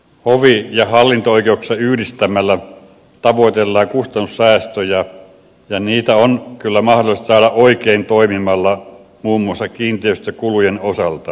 hovi ja hallinto oikeuksia yhdistämällä tavoitellaan kustannussäästöjä ja niitä on kyllä mahdollista saada oikein toimimalla muun muassa kiinteistökulujen osalta